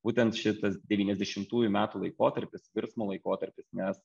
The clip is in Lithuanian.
būtent šitas devyniasdešimtųjų metų laikotarpis virsmo laikotarpis nes